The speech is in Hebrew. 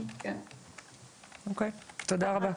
תודה רבה.